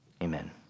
amen